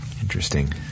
Interesting